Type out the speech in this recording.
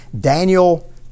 Daniel